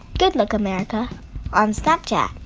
good luck america on snapchat,